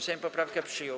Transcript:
Sejm poprawkę przyjął.